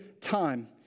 time